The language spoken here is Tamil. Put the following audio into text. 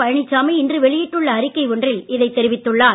பழனிசாமி இன்று வெளியிட்டுள்ள அறிக்கை ஒன்றில் இதைத் தெரிவித்துள்ளார்